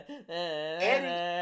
Eddie